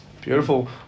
Beautiful